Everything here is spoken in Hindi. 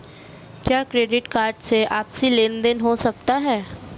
क्या क्रेडिट कार्ड से आपसी लेनदेन हो सकता है?